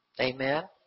Amen